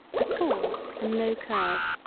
a cause and no curve,